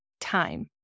time